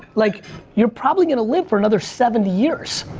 like you're probably gonna live for another seventy years.